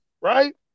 right